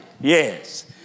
yes